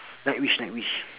night wish night wish